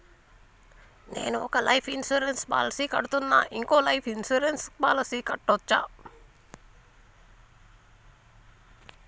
నేను ఒక life insurance policy కడ్తున్నా, ఇంకో లైఫ్ ఇన్సూరెన్స్ పాలసీ కట్టొచ్చా?